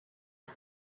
had